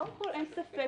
קודם כל אין ספק